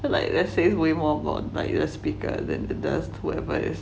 but like that says way more about like the speaker than the whoever is